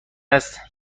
است